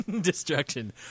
Destruction